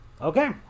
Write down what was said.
Okay